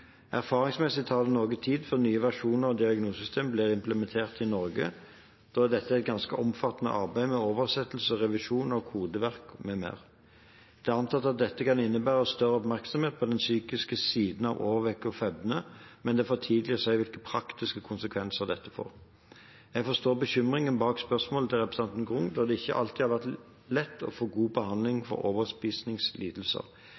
Erfaringsmessig tar det noe tid før nye versjoner av diagnosesystemet blir implementert i Norge, da dette er et ganske oppfattende arbeid med oversettelse og revisjon av kodeverk, m.m. Det er antatt at dette kan innebære større oppmerksomhet på den psykiske siden av overvekt og fedme, men det er for tidlig å si hvilke praktiske konsekvenser dette får. Jeg forstår bekymringen bak spørsmålet fra representanten Grung, da det ikke alltid har vært lett å få god